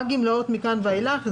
רק גמלאות מכאן ואילך,